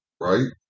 right